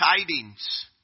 tidings